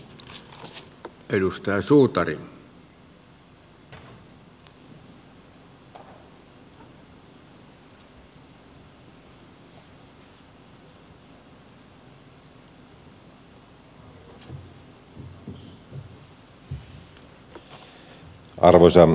arvoisa herra puhemies